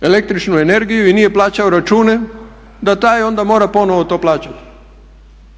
električnu energiju i nije plaćao račune da taj onda mora ponovno to plaćati.